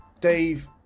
Dave